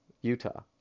Utah